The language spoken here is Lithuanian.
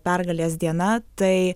pergalės diena tai